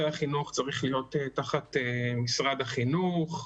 החינוך צריך להיות תחת משרד החינוך,